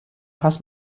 pass